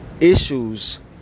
issues